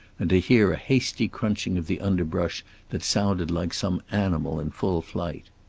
and to hear a hasty crunching of the underbrush that sounded like some animal in full flight.